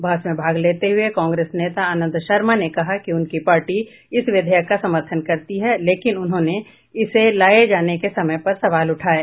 बहस में भाग लेते हुए कांग्रेस नेता आनन्द शर्मा ने कहा कि उनकी पार्टी इस विधेयक का समर्थन करती है लेकिन उन्होंने इसे लाये जाने के समय पर सवाल उठाये